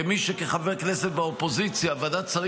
כחבר כנסת באופוזיציה ועדת השרים